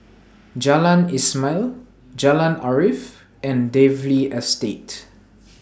Jalan Ismail Jalan Arif and Dalvey Estate